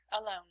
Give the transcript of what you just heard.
alone